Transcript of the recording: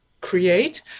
create